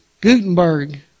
Gutenberg